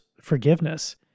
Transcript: forgiveness